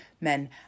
men